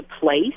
place